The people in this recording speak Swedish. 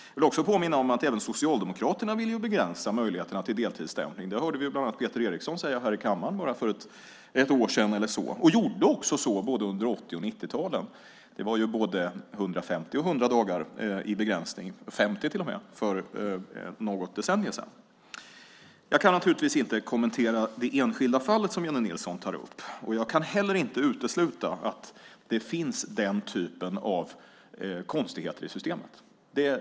Jag vill också påminna om att även Socialdemokraterna ville begränsa möjligheterna till deltidsstämpling. Det hörde vi bland andra Peter Eriksson säga här i kammaren för något år sedan. Socialdemokraterna gjorde också det under 80 och 90-talen. Det var 150, 100 och till med 50 dagar som begränsningen gällde för något decennium sedan. Jag kan naturligtvis inte kommentera det enskilda fall som Jennie Nilsson tar upp, och jag kan inte heller utesluta att det finns den typen av konstigheter i systemet.